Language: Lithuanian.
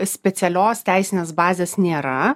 specialios teisinės bazės nėra